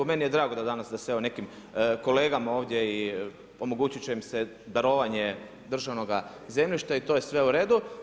Meni je drago, da danas, se s nekim kolegama ovdje i omogućiti će im se darovanje državnoga zemljišta i to je sve u redu.